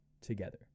together